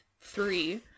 three